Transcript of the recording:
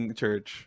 church